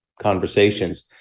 conversations